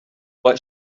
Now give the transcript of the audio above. what